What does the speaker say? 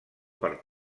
per